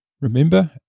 Remember